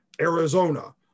Arizona